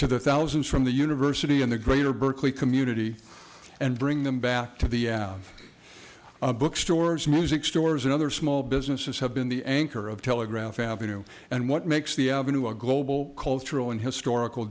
to the thousands from the university and the greater berkeley community and bring them back to the book stores music stores and other small businesses have been the anchor of telegraph avenue and what makes the avenue a global cultural and historical